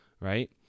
Right